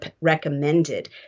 recommended